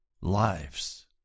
lives